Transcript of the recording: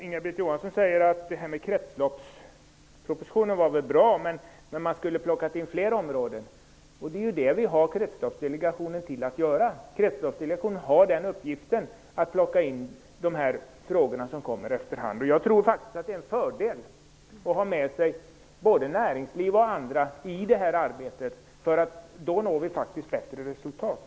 Inga-Britt Johansson säger att kretsloppspropositionen väl var bra men att man borde ha tagit med flera områden i den. Det är ju det som vi har tillsatt Kretsloppsdelegationen för att göra. Den har uppgiften att bearbeta de frågor som efter hand kommer upp. Jag tror faktiskt att det är en fördel att ha med sig både näringslivsföreträdare och andra intressenter i detta arbete. Då når vi bättre resultat.